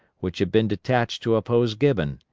which had been detached to oppose gibbon,